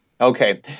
Okay